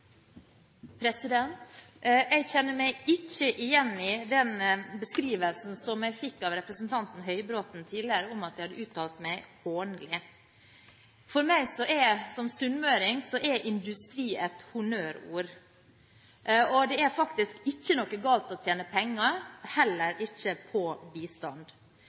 tidligere, om at jeg hadde uttalt meg hånlig. For meg som sunnmøring er industri et honnørord. Det er faktisk ikke galt å tjene penger – heller ikke på bistand.